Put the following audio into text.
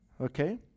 Okay